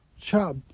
chop